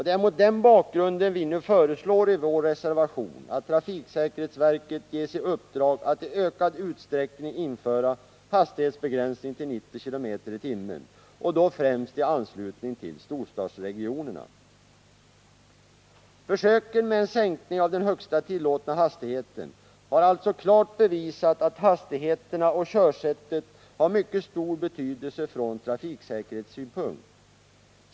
Det är mot den bakgrunden vi nu föreslår i vår reservation att trafiksäkerhetsverket ges i uppdrag att i ökad utsträckning införa hastighetsbegränsning till 90 km/tim och då främst i anslutning till storstadsregionerna. Försöket med en sänkning av den högsta tillåtna hastigheten har alltså klart bevisat att hastigheterna och körsättet har mycket stor betydelse ur trafiksäkerhetssynpunkt.